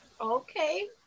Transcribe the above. okay